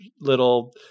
little